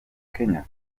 kenya